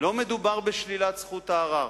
לא מדובר בשלילת זכות הערר.